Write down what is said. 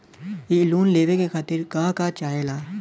इ लोन के लेवे खातीर के का का चाहा ला?